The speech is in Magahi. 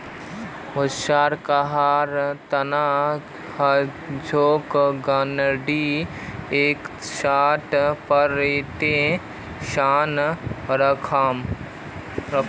वैसा कहार तना हछेक गारंटीड एसेट प्रोटेक्शन स्कीम